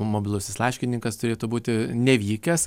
mobilusis laiškininkas turėtų būti nevykęs